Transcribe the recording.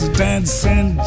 dancing